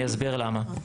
אני אסביר למה.